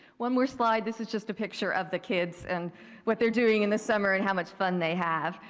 one more slide, this is just a picture of the kids and what they're doing in the summer and how much fun they have.